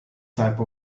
type